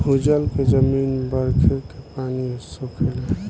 भूजल में जमीन बरखे के पानी सोखेले